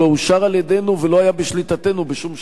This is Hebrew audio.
לא אושר על-ידינו ולא היה בשליטתנו בשום שלב,